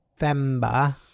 november